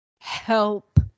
Help